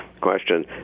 question